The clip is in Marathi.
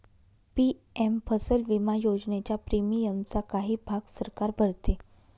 पी.एम फसल विमा योजनेच्या प्रीमियमचा काही भाग सरकार भरते